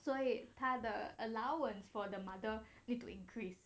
所以他的 allowance for the mother need to increase